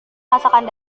masakan